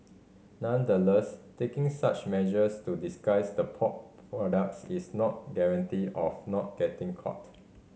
nonetheless taking such measures to disguise the pork products is not guarantee of not getting caught